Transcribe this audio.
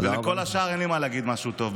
ולכל השאר אין לי מה להגיד משהו טוב,